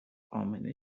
امنه